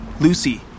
Lucy